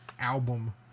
album